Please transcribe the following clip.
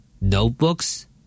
Notebooks